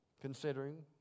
considering